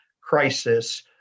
crisis